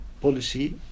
policy